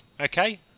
okay